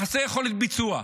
חסרי יכולת ביצוע,